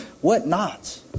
whatnot